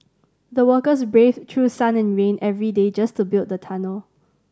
the workers braved through sun and rain every day just to build the tunnel